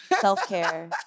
Self-care